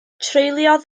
treuliodd